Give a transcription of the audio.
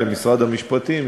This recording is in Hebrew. למשרד המשפטים,